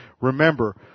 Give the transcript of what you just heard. Remember